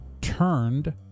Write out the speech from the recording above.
turned